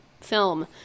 film